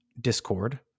discord